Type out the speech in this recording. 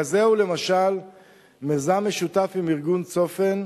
כזה הוא למשל מיזם משותף עם ארגון "צופן",